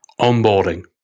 onboarding